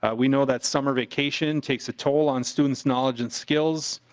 we know that summer vacation takes a toll on students knowledge and skills.